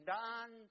done